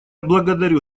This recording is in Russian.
благодарю